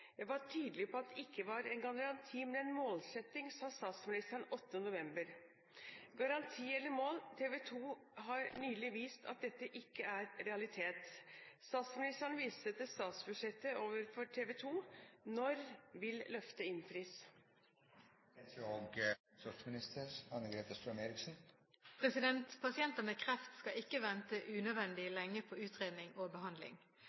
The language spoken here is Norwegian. var tydelig på at det ikke var en garanti, men en målsetting,» sa statsministeren 8. november. Garanti eller mål, TV 2 har nylig vist at dette ikke er realitet. Statsministeren viste til statsbudsjettet overfor TV 2. Når vil løftet innfris?» Pasienter med kreft skal ikke vente unødvendig lenge på utredning og behandling.